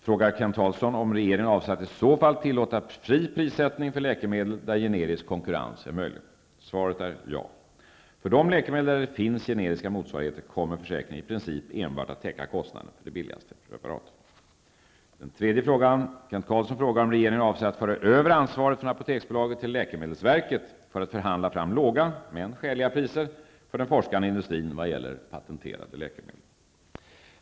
Kent Carlsson frågar om regeringen avser att i så fall tillåta fri prissättning för läkemedel där generisk konkurrens är möjlig. Svaret är ja. För de läkemedel där det finns generiska motsvarigheter kommer försäkringen i princip enbart att täcka kostnaden för det billigaste preparatet. 3. Kent Carlsson frågar om regeringen avser att föra över ansvaret från Apoteksbolaget till läkemedelsverket för att förhandla fram låga men skäliga priser för den forskande industrin vad gäller patenterade läkemedel.